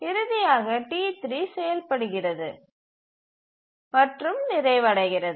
இறுதியாக T3 செயல்படுகிறது மற்றும் நிறைவு அடைகிறது